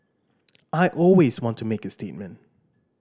I always want to make a statement